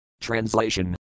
Translation